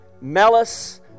malice